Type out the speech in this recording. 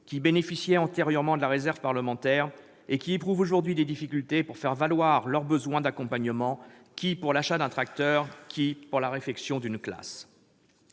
qui bénéficiaient antérieurement de la réserve parlementaire et qui éprouvent aujourd'hui des difficultés pour faire valoir leur besoin d'accompagnement, qu'il s'agisse de l'achat d'un tracteur ou de la réfection d'une salle